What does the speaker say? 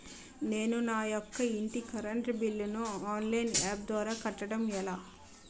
నేను నా యెక్క ఇంటి కరెంట్ బిల్ ను ఆన్లైన్ యాప్ ద్వారా కట్టడం ఎలా?